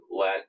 let